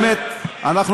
באמת,